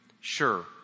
Sure